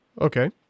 Okay